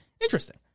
Interesting